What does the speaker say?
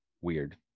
weird